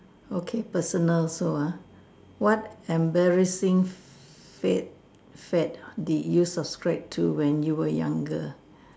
okay personal also ah what embarrassing fad fad did you subscribe to when you were younger